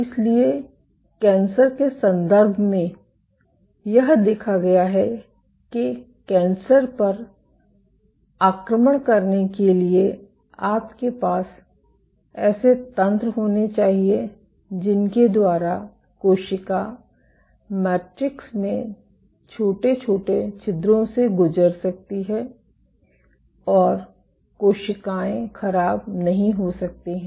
इसलिए कैंसर के संदर्भ में यह देखा गया है कि कैंसर पर आक्रमण करने के लिए आपके पास ऐसे तंत्र होने चाहिए जिनके द्वारा कोशिका मैट्रिक्स में छोटे छिद्रों से गुजर सकती है और कोशिकाएं ख़राब नहीं हो सकती हैं